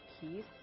peace